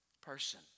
person